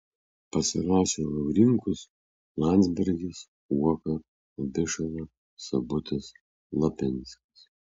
pasirašė laurinkus landsbergis uoka abišala sabutis lapinskas